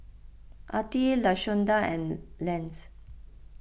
Artie Lashonda and Lance